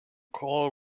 call